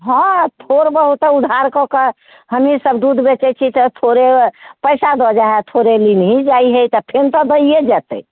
हँ थोड़ बहुत तऽ उधार कऽ कऽ हमहीँ सभ दूध बेचैत छी तऽ थोड़े पैसा दऽ जाइ हय थोड़े निमही जाइ हय तऽ फेन तऽ दैए जतै